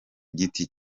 giti